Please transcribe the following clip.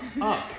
up